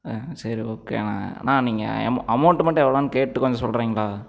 சரி ஓகே அண்ணா அண்ணா நீங்கள் அ அமௌண்ட்டு மட்டும் எவ்வளோன் கேட்டு கொஞ்சம் சொல்லுறீங்களா